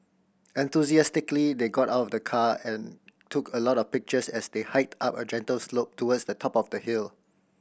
enthusiastically they got out of the car and took a lot of pictures as they hiked up a gentle slope towards the top of the hill